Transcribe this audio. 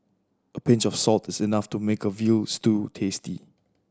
a pinch of salt is enough to make a veal stew tasty